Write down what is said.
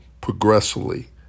progressively